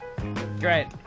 Great